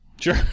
sure